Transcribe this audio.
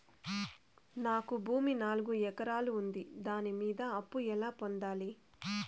నాకు భూమి నాలుగు ఎకరాలు ఉంది దాని మీద అప్పు ఎలా పొందాలి?